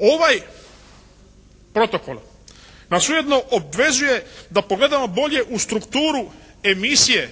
Ovaj protokol nas ujedno obvezuje da pogledamo bolje u strukturu emisije